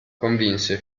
convinse